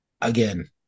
Again